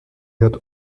hat